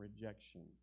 rejection